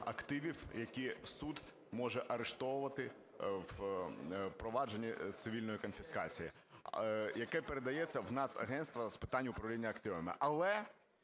активів, які суд може арештовувати в провадженні цивільної конфіскації, яке передається в Нацагентство з питань управління активами.